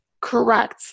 Correct